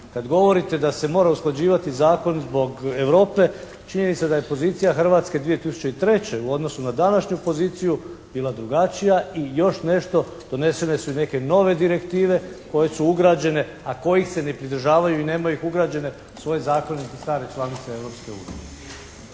kad govorite da se mora usklađivati zakon zbog Europe činjenica da je pozicija Hrvatske 2003. u odnosu na današnju poziciju bila drugačija i još nešto. Donesene su i neke nove direktive koje su ugrađene a kojih se ne pridržavaju i nemaju ih ugrađene u svoj zakon niti stare članice